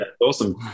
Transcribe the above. awesome